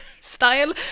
style